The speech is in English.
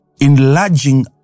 Enlarging